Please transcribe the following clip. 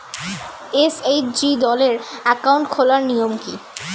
SHG দলের account খোলার নিয়ম কী?